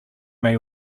may